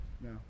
No